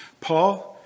Paul